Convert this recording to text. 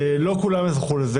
לא כולם זכו לזה,